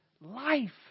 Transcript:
life